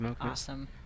Awesome